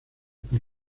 por